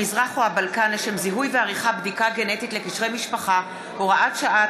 המזרח או הבלקן לשם זיהוי ועריכת בדיקה גנטית לקשרי משפחה (הוראת שעה),